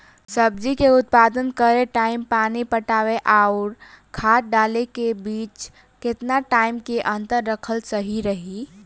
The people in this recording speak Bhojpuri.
सब्जी के उत्पादन करे टाइम पानी पटावे आउर खाद डाले के बीच केतना टाइम के अंतर रखल सही रही?